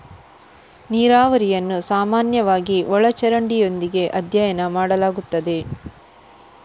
ನೀರಾವರಿಯನ್ನು ಸಾಮಾನ್ಯವಾಗಿ ಒಳ ಚರಂಡಿಯೊಂದಿಗೆ ಅಧ್ಯಯನ ಮಾಡಲಾಗುತ್ತದೆ